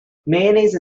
mayonnaise